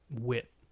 wit